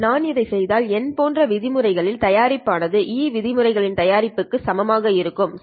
நான் இதைச் செய்தால் N போன்ற விதிமுறைகளின் தயாரிப்பு ஆனது eαNLa விதிமுறைகளின்தயாரிப்புக்கு சமமாக இருக்கும் சரி